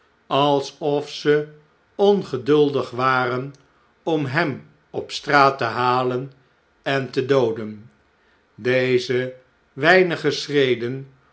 alsof ze ongeduldig waren om hem op straat te halen en te dooden deze weinige schreden